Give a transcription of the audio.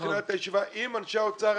בתחילת הישיבה, עם אנשי האוצר הרלוונטיים.